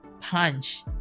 Punch